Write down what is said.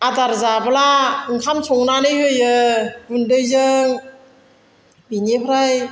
आदार जाब्ला ओंखाम संनानै होयो गुन्दैजों बेनिफ्राय